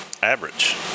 Average